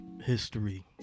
history